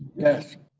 yes.